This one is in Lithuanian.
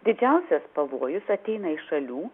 didžiausias pavojus ateina iš šalių